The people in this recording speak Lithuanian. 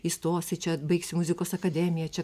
įstosi čia baigsi muzikos akademiją čia